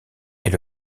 est